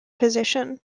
position